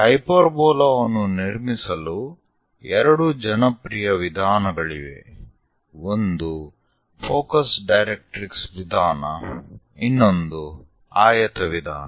ಹೈಪರ್ಬೋಲಾವನ್ನು ನಿರ್ಮಿಸಲು ಎರಡು ಜನಪ್ರಿಯ ವಿಧಾನಗಳಿವೆ ಒಂದು ಫೋಕಸ್ ಡೈರೆಕ್ಟ್ರಿಕ್ಸ್ ವಿಧಾನ ಇನ್ನೊಂದು ಆಯತ ವಿಧಾನ